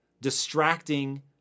distracting